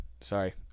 Sorry